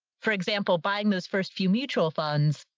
for example, buying those first few mutual funds,